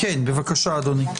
כן, בבקשה אדוני.